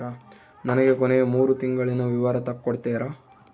ನನಗ ಕೊನೆಯ ಮೂರು ತಿಂಗಳಿನ ವಿವರ ತಕ್ಕೊಡ್ತೇರಾ?